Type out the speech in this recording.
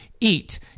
eat